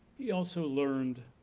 he also learned